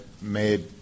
made